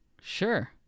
Sure